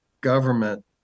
government